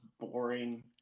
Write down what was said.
boring